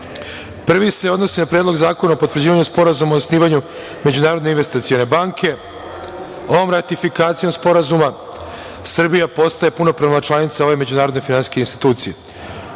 Prvi se odnosi na Predlog zakona o potvrđivanju Sporazuma o osnivanju Međunarodne investicione banke. Ovom ratifikacijom Sporazuma Srbija postaje punopravna članica ove međunarodne finansijske institucije.